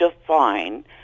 define